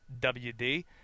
WD